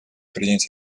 принять